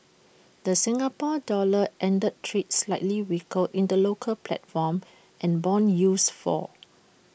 the Singapore dollar ended trade slightly weaker in the local platform and Bond yields fall